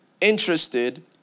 interested